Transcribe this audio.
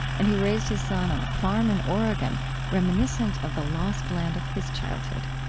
and he raised his son on a farm in oregon reminiscent of the lost land of his childhood